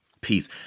peace